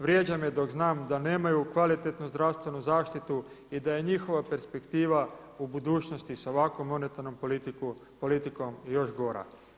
Vrijeđa me dok znam da nemaju kvalitetnu zdravstvenu zaštitu i da je njihova perspektiva u budućnosti s ovakvom monetarnom politikom još gora.